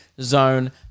Zone